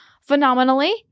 phenomenally